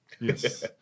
yes